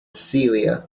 celia